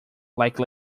like